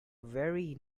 very